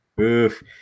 oof